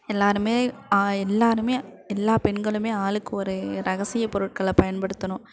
எல்லாேருமே எல்லாேருமே எல்லா பெண்களுமே ஆளுக்கு ஒரு ரகசிய பொருட்களை பயன்படுத்தணும்